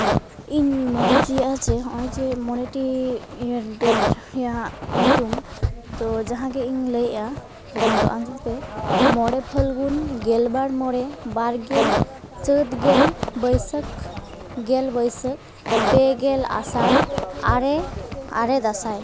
ᱤᱧ ᱢᱮᱱ ᱦᱚᱪᱚᱭᱮᱫᱟ ᱡᱮ ᱱᱚᱜᱼᱚᱸᱭ ᱡᱮ ᱢᱚᱬᱮᱴᱤ ᱤᱭᱟᱹ ᱰᱮᱴ ᱟᱜ ᱧᱩᱛᱩᱢ ᱛᱚ ᱡᱟᱦᱟᱸ ᱜᱮ ᱤᱧ ᱞᱟᱹᱭᱮᱜᱼᱟ ᱡᱮ ᱚᱱᱟᱫᱚ ᱟᱡᱚᱢ ᱯᱮ ᱢᱚᱬᱮ ᱯᱷᱟᱹᱞᱜᱩᱱ ᱜᱮᱞᱵᱟᱨ ᱢᱚᱬᱮ ᱵᱟᱨ ᱜᱮᱞ ᱪᱟᱹᱛ ᱜᱮᱞ ᱵᱟᱹᱭᱥᱟᱹᱠᱷ ᱜᱮᱞ ᱵᱟᱹᱭᱥᱟᱹᱠᱷ ᱯᱮ ᱜᱮᱞ ᱟᱥᱟᱲ ᱟᱨᱮ ᱟᱨᱮ ᱫᱟᱸᱥᱟᱭ